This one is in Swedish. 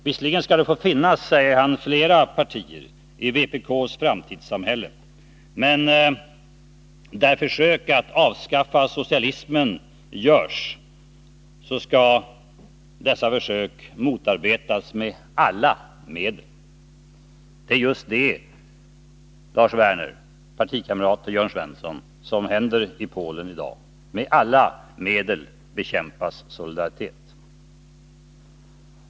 Visserligen skall det få finnas, säger han, flera partier i vpk:s framtidssamhälle, men där försök att avskaffa socialismen görs, skall dessa försök motarbetas med alla medel. Det är just det, Lars Werner, partikamrat till Jörn Svensson, som händer i Polen i dag. Med alla medel bekämpas Solidaritet.